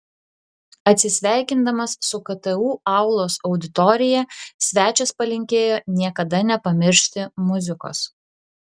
atsisveikindamas su ktu aulos auditorija svečias palinkėjo niekada nepamiršti muzikos